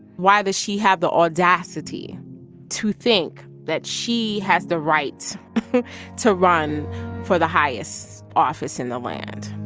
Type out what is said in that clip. why does she have the audacity to think that she has the right to run for the highest office in the land?